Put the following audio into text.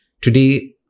Today